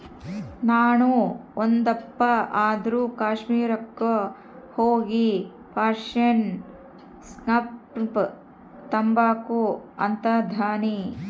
ನಾಣು ಒಂದಪ್ಪ ಆದ್ರೂ ಕಾಶ್ಮೀರುಕ್ಕ ಹೋಗಿಪಾಶ್ಮಿನಾ ಸ್ಕಾರ್ಪ್ನ ತಾಂಬಕು ಅಂತದನಿ